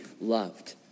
loved